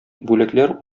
бүләкләр